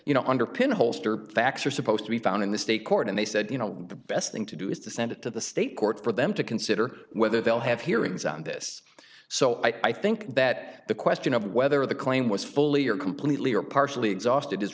you know underpin holster facts are supposed to be found in the state court and they said you know the best thing to do is to send it to the state court for them to consider whether they'll have hearings on this so i think that the question of whether the claim was fully or completely or partially exhausted is